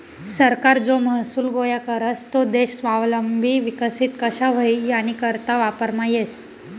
सरकार जो महसूल गोया करस तो देश स्वावलंबी विकसित कशा व्हई यानीकरता वापरमा येस